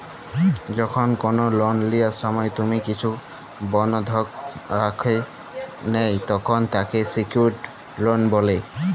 যখল কল লন লিয়ার সময় তুমি কিছু বনধক রাখে ল্যয় তখল তাকে স্যিক্যুরড লন বলে